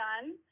done